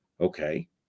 Okay